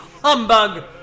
Humbug